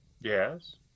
yes